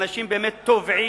אנשים באמת טובעים